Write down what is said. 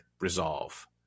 resolve